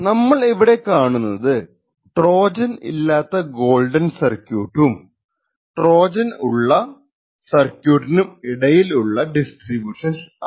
നമ്മൾ ഇവിടെ കാണുന്നത് ട്രോജൻ ഇല്ലാത്ത ഗോൾഡൻ സർക്യൂട്ടും ട്രോജൻ ഉള്ള സർക്യൂട്ടിനും ഇടയിൽ ഉള്ള ഡിസ്ട്രിബ്യുഷൻസ് ആണ്